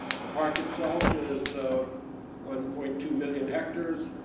the park itself is so one point two million hectares.